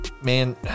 man